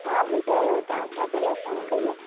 हा ॿुधायो तव्हां छाजे लाइ फ़ोन कई आहे